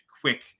quick